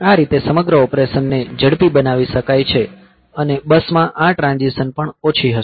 આ રીતે સમગ્ર ઓપરેશન ને ઝડપી બનાવી શકાય છે અને બસ માં આ ટ્રાન્ઝીશન પણ ઓછી હશે